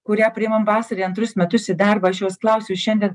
kurią priimam vasarai antrus metus į darbą aš jos klausiu šiandien